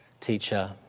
teacher